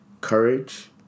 Courage